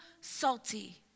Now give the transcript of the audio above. salty